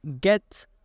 Get